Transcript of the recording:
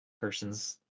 person's